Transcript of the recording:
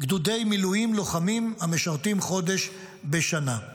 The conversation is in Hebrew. גדודי מילואים לוחמים המשרתים חודש בשנה.